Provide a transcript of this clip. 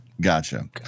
Gotcha